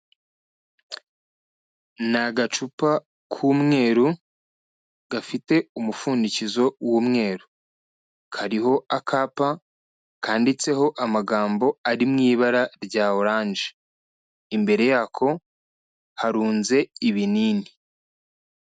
Ni agacupa k'umweru gafite umupfundikizo w'umweru, kariho akapa kanditseho amagambo ari mu ibara rya oranje, imbere yako harunze ibinini.